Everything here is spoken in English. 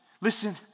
listen